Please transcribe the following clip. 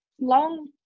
long